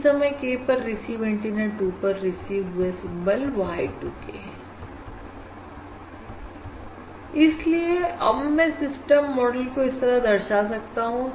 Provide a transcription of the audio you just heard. किसी समय k पर रिसीव एंटीना 2 पर रिसीव हुए सिंबल y 2 k है इसलिए अब मैं सिस्टम मॉडल को इस तरह दर्शा सकता हूं